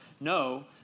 no